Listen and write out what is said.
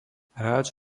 hráč